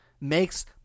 Makes